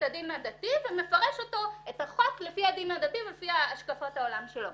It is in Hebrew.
הדין הדתי ומפרש את החוק לפי הדין הדתי ולפי השקפת העולם שלו.